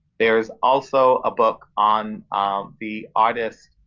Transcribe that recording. there's also a book on the artist,